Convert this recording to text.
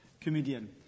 comedian